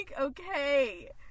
okay